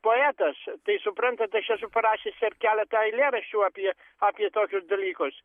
poetas tai suprantat aš esu parašęs ir keletą eilėraščių apie apie tokius dalykus